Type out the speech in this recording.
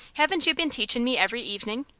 haven't you been teachin' me every evenin'?